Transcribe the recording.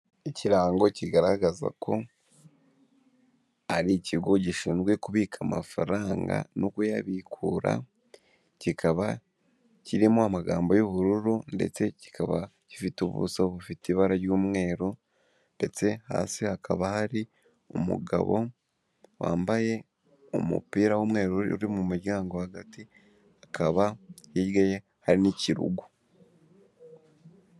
Ikirango kigaragaza ko ari ikigo gishinzwe kubika amafaranga no kuyabikura, kikaba kirimo amagambo y'ubururu ndetse kikaba gifite ubuso bufite ibara ry'umweru, ndetse hasi hakaba hari umugabo wambaye umupira w'umweru uri mu muryango hagati, hakaba hirya ye hari n'ikirugu.